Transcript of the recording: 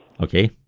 Okay